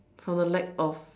from the lack of